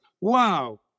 Wow